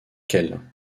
qu’elles